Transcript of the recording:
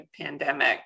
pandemic